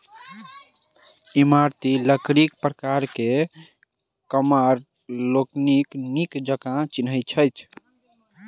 इमारती लकड़ीक प्रकार के कमार लोकनि नीक जकाँ चिन्हैत छथि